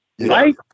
right